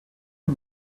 you